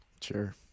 Sure